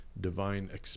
divine